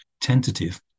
tentative